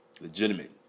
Legitimate